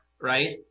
right